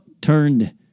turned